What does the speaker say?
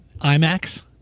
IMAX